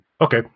Okay